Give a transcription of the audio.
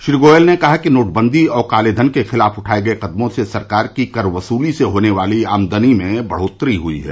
श्री गोयल ने कहा कि नोटबंदी और कालेधन के खिलाफ उठाये गये कदमों से सरकार की कर वसूली से होने वाली आमदनी में बढ़ोतरी हई है